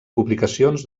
publicacions